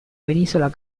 penisola